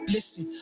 Listen